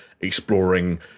exploring